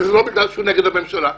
וזה לא בגלל שהוא נגד הממשלה,